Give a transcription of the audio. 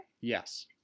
Yes